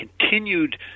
continued